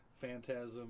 phantasm